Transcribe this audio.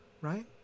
right